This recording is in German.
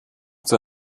zur